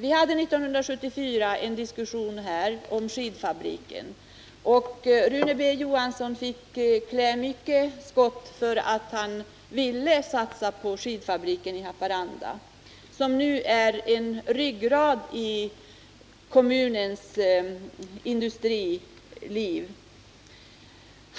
Vi hade 1974 en diskussion om skidfabriken. Rune B. Johansson fick då verkligen klä skott för att han ville satsa på skidfabriken i Haparanda, som nu utgör ryggraden i kommunens näringsliv.